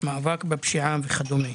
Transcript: מאבק בפשיעה וכדומה.